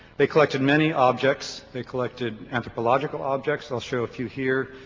they collected many objects. they collected anthropological objects, i'll show a few here.